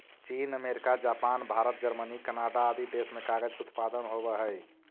चीन, America, Japan, Bharat, Germany, Canada आदि देश में कागज के उत्पादन होवऽ हई